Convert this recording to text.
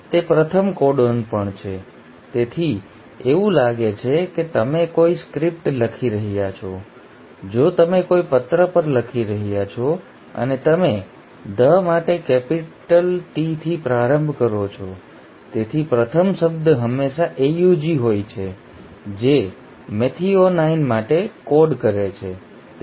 તે પ્રથમ કોડોન પણ છે તેથી એવું લાગે છે કે તમે કોઈ સ્ક્રિપ્ટ લખી રહ્યા છો જો તમે કોઈ પત્ર પર લખી રહ્યા છો અને તમે ધ માટે કેપિટલ ટીથી પ્રારંભ કરો છો બરાબર તેથી પ્રથમ શબ્દ હંમેશા AUG હોય છે જે મેથિઓનાઇન માટે કોડ કરે છે